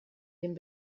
dem